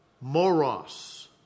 Moros